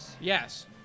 Yes